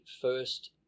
first